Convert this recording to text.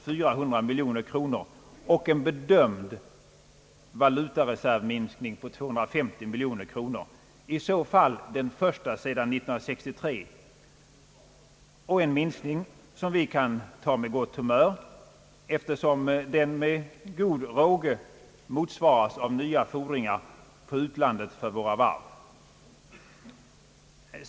400 miljoner kronor och en bedömd valutareservminskning på 250 miljoner kronor, i så fall den första sedan år 1963 och en minskning som vi kan ta med gott humör eftersom den med god råge motsvaras av nya fordringar på utlandet för våra varv.